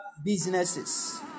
Businesses